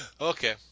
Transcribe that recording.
Okay